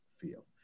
feel